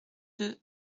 deux